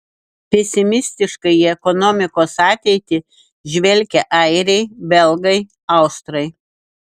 pesimistiškai į ekonomikos ateitį žvelgia airiai belgai austrai